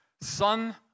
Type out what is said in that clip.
Son